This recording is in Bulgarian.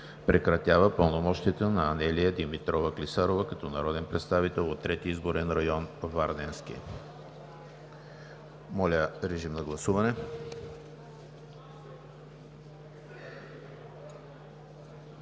Прекратява пълномощията на Анелия Димитрова Клисарова като народен представител от Трети изборен район – Варненски.“ Моля, режим на гласуване.